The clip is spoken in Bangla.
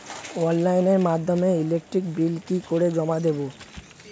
অনলাইনের মাধ্যমে ইলেকট্রিক বিল কি করে জমা দেবো?